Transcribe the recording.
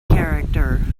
character